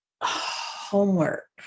homework